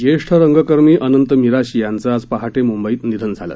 ज्येष्ठ रंगकर्मी अनंत मिराशी यांचं आज पहाटे मुंबईत निधन झालं